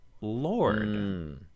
Lord